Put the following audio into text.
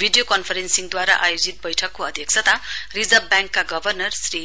video कन्फरेन्सिङद्वारा आयोजित बैठकको अध्यक्षता रिजर्व ब्याङ्कका गवर्नर श्री